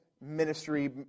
ministry